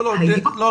לא.